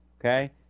Okay